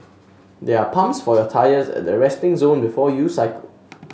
there are pumps for your tyres at the resting zone before you cycle